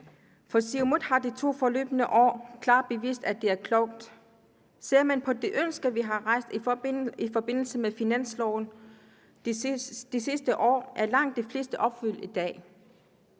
I Siumut har de to forløbne år klart bevist, at det er klogt. Ser man på de ønsker, vi har rejst i forbindelse med finansloven de sidste år, er langt de fleste opfyldt i dag.